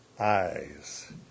eyes